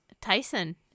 Tyson